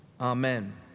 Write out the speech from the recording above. Amen